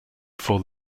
for